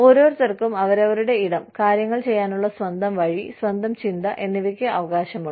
ഓരോരുത്തർക്കും അവരവരുടെ ഇടം കാര്യങ്ങൾ ചെയ്യാനുള്ള സ്വന്തം വഴി സ്വന്തം ചിന്ത എന്നിവയ്ക്ക് അവകാശമുണ്ട്